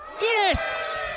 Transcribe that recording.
Yes